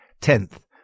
Tenth